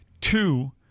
two